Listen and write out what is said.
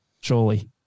Surely